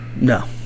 No